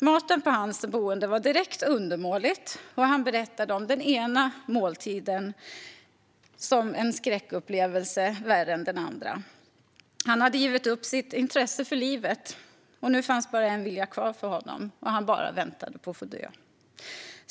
Maten på hans boende var direkt undermålig, och han berättade om den ena skräckupplevelsen till måltid efter den andra. Han hade givit upp sitt intresse för livet, och nu fanns bara en vilja kvar: Han väntade bara på att få dö.